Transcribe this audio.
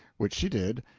which she did,